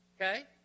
Okay